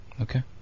Okay